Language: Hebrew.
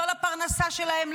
לא לפרנסה שלהם,